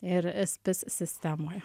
ir spis sistemoje